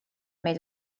meid